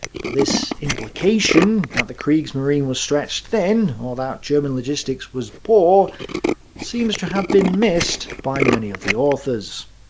but this implication that the kriegsmarine was stretched thin or that german logistics was poor seems to have been missed by many of the authors.